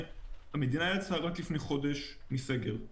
המדינה יצאה רק לפני חודש מסגר.